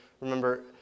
Remember